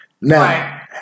Now